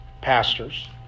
pastors